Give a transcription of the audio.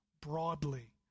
broadly